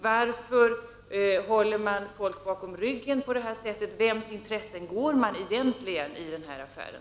Varför håller man folk bakom ryggen på det här sättet? Vems intressen går man egentligen i den här affären?